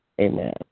Amen